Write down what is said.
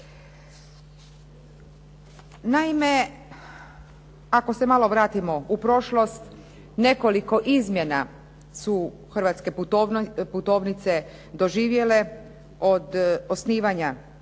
Naime, ako se malo vratimo u prošlost, nekoliko izmjena su hrvatske putovnice doživjele od osnivanja